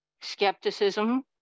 skepticism